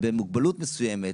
במוגבלות מסוימת,